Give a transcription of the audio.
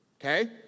okay